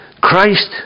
Christ